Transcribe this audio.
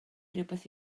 rywbeth